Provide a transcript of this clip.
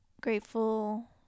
Grateful